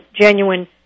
genuine